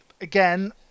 again